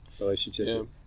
relationship